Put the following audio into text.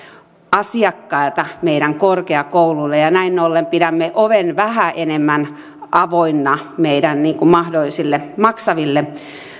asiakkailta meidän korkeakouluille ja ja näin ollen pidämme oven vähän enemmän avoinna meidän mahdollisille maksaville